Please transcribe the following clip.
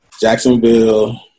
Jacksonville